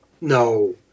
No